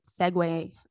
segue